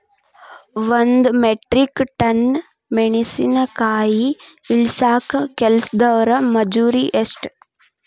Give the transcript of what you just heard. ಒಂದ್ metric tonne ಮೆಣಸಿನಕಾಯಿ ಇಳಸಾಕ್ ಕೆಲಸ್ದವರ ಮಜೂರಿ ಎಷ್ಟ?